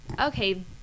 okay